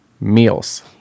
Meals